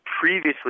previously